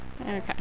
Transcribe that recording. Okay